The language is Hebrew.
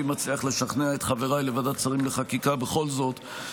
ואם אצליח לשכנע את חבריי לוועדת שרים לחקיקה בכל זאת,